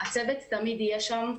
הצוות תמיד יהיה שם.